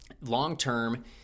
long-term